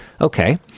Okay